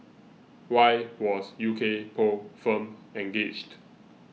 why was U K poll firm engaged